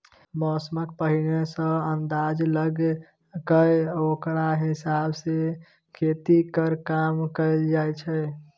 मौसमक पहिने सँ अंदाज लगा कय ओकरा हिसाबे खेती केर काम कएल जाइ छै